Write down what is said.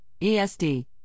ESD